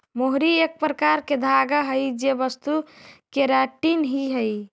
मोहरी एक प्रकार के धागा हई जे वस्तु केराटिन ही हई